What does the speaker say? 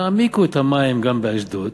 תעמיקו את המים גם באשדוד,